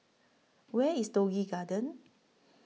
Where IS Toh Yi Garden